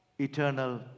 eternal